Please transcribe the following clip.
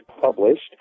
published